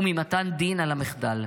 וממתן דין על המחדל?